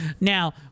now